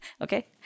Okay